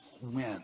win